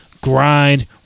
grind